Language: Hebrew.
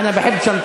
הזדמנות,